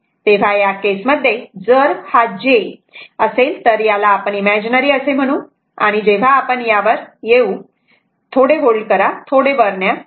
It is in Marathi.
तेव्हा या केसमध्ये जर हा j असेल तर याला इमॅजिनरी असे म्हणतात जेव्हा आपण यावर येऊ तेव्हा थोडे हे होल्ड करा थोडे वर न्या